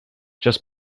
just